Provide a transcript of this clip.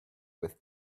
with